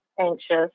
anxious